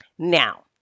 Now